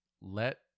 Let